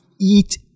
eat